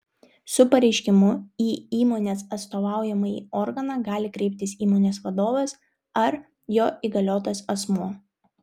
su pareiškimu į įmonės atstovaujamąjį organą gali kreiptis įmonės vadovas ar jo įgaliotas asmuo